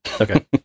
Okay